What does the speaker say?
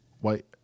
white